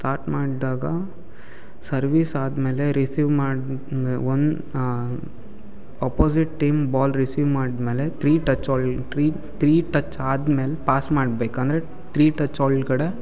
start ಮಾಡಿದಾಗ service ಆದಮೇಲೆ receive ಮಾಡಿ ಒಂದು ಅಪೊಸಿಟ್ ಟೀಮ್ ಬಾಲ್ ರಿಸೀವ್ ಮಾಡಿದ ಮೇಲೆ ತ್ರೀ ಟಚ್ ಒಳ್ ಟ್ರಿ ತ್ರೀ ಟಚ್ ಆದ್ಮೇಲೆ ಪಾಸ್ ಮಾಡ್ಬೇಕು ಅಂದರೆ ತ್ರೀ ಟಚ್ ಒಳಗಡೆ